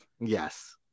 Yes